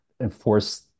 enforce